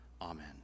Amen